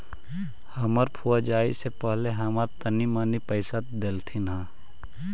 हमर फुआ जाए से पहिले हमरा तनी मनी पइसा डेलथीन हल